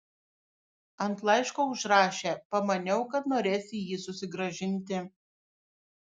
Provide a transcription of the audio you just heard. ant laiško užrašė pamaniau kad norėsi jį susigrąžinti